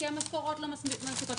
כי המשכורות לא מספיקות.